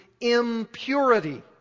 impurity